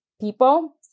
people